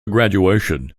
graduation